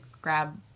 grab